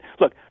look